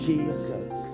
Jesus